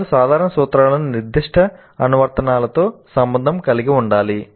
వారు సాధారణ సూత్రాలను నిర్దిష్ట అనువర్తనాలతో సంబంధం కలిగి ఉండాలి